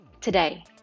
today